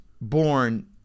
born